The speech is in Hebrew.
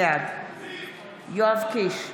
בעד יואב קיש,